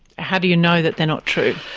how do you know that they're not true?